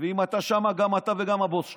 ואם אתה שם, גם אתה וגם הבוס שלך.